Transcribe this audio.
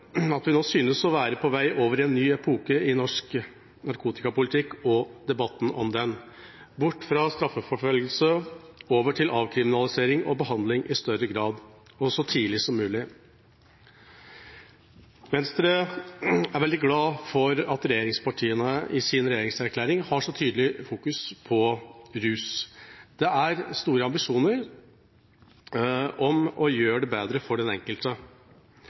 at vi nå synes å være på vei over i en ny epoke i norsk narkotikapolitikk og debatten om den – bort fra straffeforfølgelse og over til avkriminalisering og behandling i større grad og så tidlig som mulig. Venstre er veldig glad for at regjeringspartiene i sin regjeringserklæring har så tydelig fokus på rus. Det er store ambisjoner om å gjøre det bedre for den enkelte.